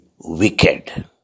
wicked